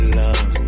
love